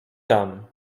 tam